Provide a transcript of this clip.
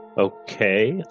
Okay